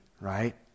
right